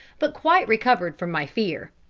but quite recovered from my fear.